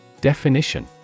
Definition